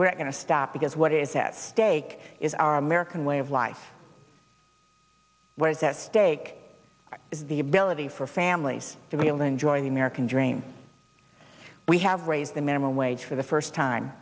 we're going to stop because what is at stake is our american way of life what is at stake is the ability for families to be able to enjoy the american dream we have raised the minimum wage for the first time